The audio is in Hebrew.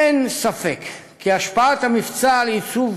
אין ספק כי השפעת המבצע על עיצוב